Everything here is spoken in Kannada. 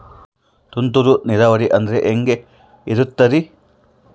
ತುಂತುರು ನೇರಾವರಿ ಅಂದ್ರೆ ಹೆಂಗೆ ಇರುತ್ತರಿ?